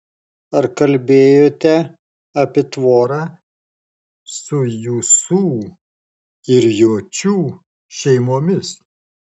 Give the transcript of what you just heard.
ar kalbėjote apie tvorą su jusų ir jočių šeimomis